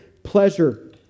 Pleasure